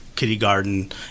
kindergarten